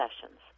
sessions